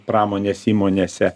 pramonės įmonėse